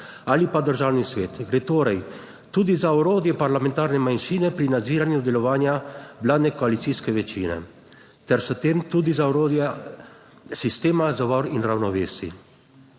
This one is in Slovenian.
ali pa Državni svet, gre torej tudi za orodje parlamentarne manjšine pri nadziranju delovanja vladne koalicijske večine ter s tem tudi za orodje sistema zavor in ravnovesij.